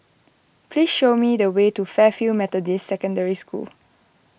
please show me the way to Fairfield Methodist Secondary School